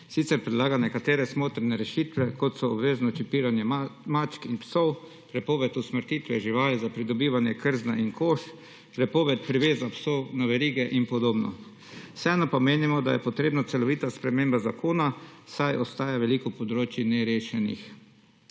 sicer predlaga nekatere smotrne rešite kot so obvezno čipiranje mačk in psov, prepoved usmrtitve živali za pridobivanje krzna in kož, prepoved priveza psov na verige in podobno. Vseeno pa menimo, da je potrebna celovita sprememba zakona, saj ostaja veliko področij nerešenih.